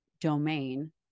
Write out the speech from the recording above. domain